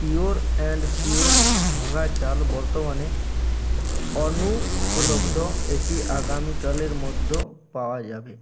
pure and sure ভাঙা চাল বর্তমানে অনুপলব্ধ এটি আগামীকালের মধ্য পাওয়া যাবে